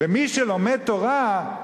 ומי שלומד תורה,